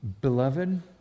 Beloved